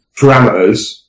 parameters